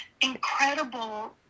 incredible